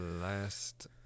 last